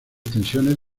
extensiones